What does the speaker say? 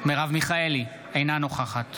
מרב מיכאלי, אינה נוכחת